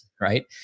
right